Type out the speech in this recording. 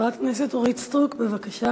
חברת הכנסת אורית סטרוק, בבקשה.